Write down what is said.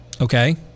okay